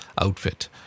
outfit